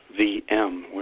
VM